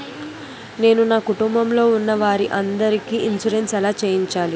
నేను నా కుటుంబం లొ ఉన్న వారి అందరికి ఇన్సురెన్స్ ఎలా చేయించాలి?